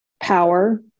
power